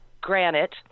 granite